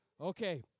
Okay